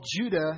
Judah